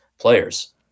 players